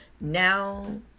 Now